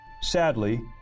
Sadly